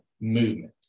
movement